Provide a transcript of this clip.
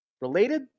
related